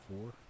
four